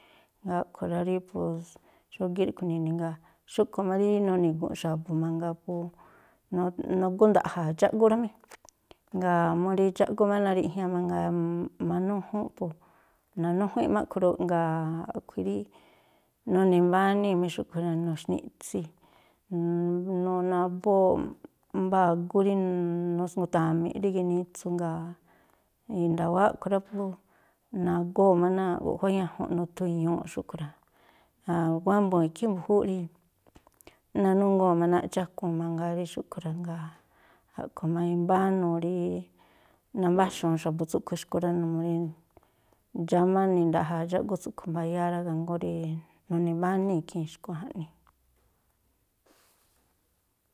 A̱ꞌkhui̱ rá rí pos, xógíꞌ ríꞌkhui̱ ini̱. Jngáa̱ xúꞌkhui̱ má rí nuni̱gu̱nꞌ xa̱bu̱ mangaa, po nu nugónda̱ꞌja̱a̱ dxáꞌgú rá mí. Jngáa̱ mú rí dxáꞌgú má nariꞌjña mangaa manújúnꞌ. Po nanújuínꞌ má a̱ꞌkhui̱ rúꞌ, jngáa̱ a̱ꞌkhui̱ rí nuni̱mbánúu̱ mí xúꞌkhui̱ rá, nuxni̱ꞌtsi, nabóóꞌ mbá agú rí nusngu̱ta̱mi̱ꞌ rí ginitsu jngáa̱ i̱nda̱wáá a̱ꞌkhui̱ rá, po nagóo̱ má náa̱ꞌ guꞌjuá ñajunꞌ nuthu i̱ñuu̱ꞌ xúꞌkhui̱ rá. wámbuu̱n ikhí mbu̱júúꞌ rí nanúngúu̱n má náa̱ꞌ dxákuun mangaa rí xúꞌkhui̱ rá. Jngáa̱ a̱ꞌkhui̱ má imbánuu rí nambáxu̱un xa̱bu̱ tsúꞌkhui̱ xkui̱ rá. Numuu rí dxámá ninda̱ꞌja̱a̱ dxáꞌgú tsúꞌkhui̱ mbayáá rá, ikhaa jngóó rí nuni̱mbáníi̱ ikhii̱n xkui̱ jaꞌnii.